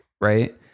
Right